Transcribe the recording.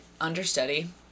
understudy